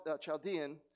Chaldean